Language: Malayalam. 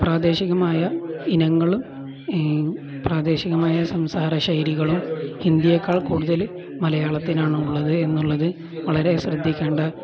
പ്രാദേശികമായ ഇനങ്ങളും പ്രാദേശികമായ സംസാര ശൈലികളും ഹിന്ദിയെക്കാൾ കൂടുതല് മലയാളത്തിനാണ് ഉള്ളത് എന്നുള്ളതു വളരെ ശ്രദ്ധിക്കേണ്ട